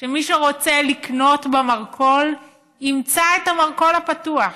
שמי שרוצה לקנות במרכול ימצא את המרכול הפתוח,